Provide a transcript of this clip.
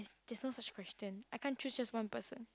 there's no such question I can't just choose one person